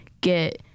get